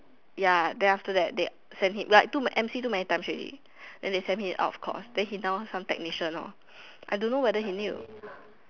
ya then after that they send him like took M_C too many times already then they send him out of course then he now some technician lor I don't know whether he need to